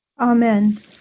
amen